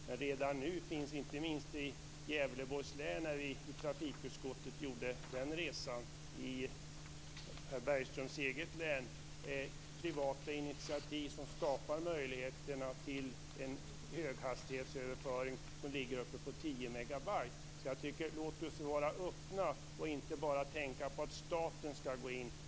Men redan nu finns, inte minst i Gävleborgs län dit vi i trafikutskottet gjorde en resa, alltså herr Bergströms eget län, privata initiativ som skapar möjligheter till en höghastighetsöverföring som ligger uppe på 10 megabyte. Låt oss alltså vara öppna och inte bara tänka oss att staten skall gå in.